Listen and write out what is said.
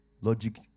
Logic